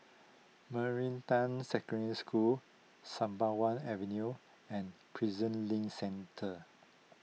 Meridian Secondary School Sembawang Avenue and Prison Link Centre